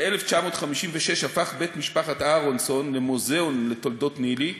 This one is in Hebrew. ב-1956 הפך בית משפחת אהרונסון למוזיאון לתולדות ניל"י,